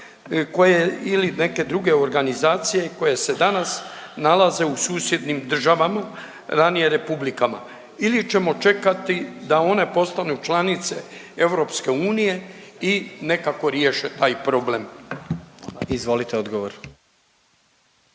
ili neke druge organizacije koje se danas nalaze u susjednim državama ranije republikama ili ćemo čekati da one postanu članice EU i nekako riješe taj problem. **Jandroković,